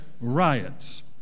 Riots